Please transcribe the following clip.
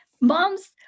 moms